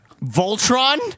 Voltron